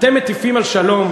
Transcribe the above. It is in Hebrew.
אתם מטיפים על שלום?